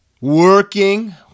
working